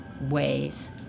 ways